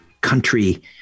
country